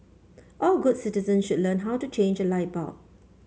all good citizens should learn how to change a light bulb